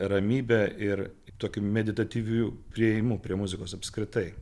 ramybė ir tokiu meditatyviu priėjimu prie muzikos apskritai